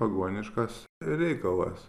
pagoniškas reikalas